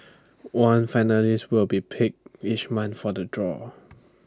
one finalist will be picked each month for the draw